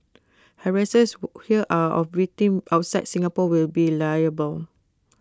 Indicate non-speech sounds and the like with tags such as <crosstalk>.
harassers <hesitation> here of victims outside Singapore will be liable